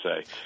say